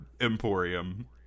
Emporium